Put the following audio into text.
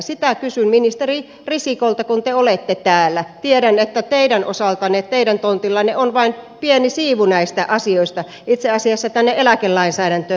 sitä kysyn ministeri risikolta kun te olette täällä tiedän että teidän osallanne teidän tontillanne on vain pieni siivu näistä asioista itse asiassa tähän eläkelainsäädäntöön liittyen